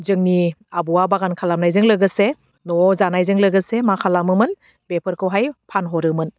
जोंनि आबौआ बागान खालामनायजों लोगोसे न'आव जानायजों लोगोसे मा खालामोमोन बेफोरखौहाय फानहरोमोन